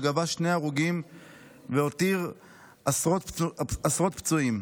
שגבה שני הרוגים והותיר עשרות פצועים.